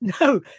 no